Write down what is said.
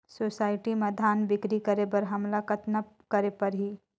Society म धान बिक्री करे बर हमला कतना करे परही?